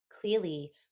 clearly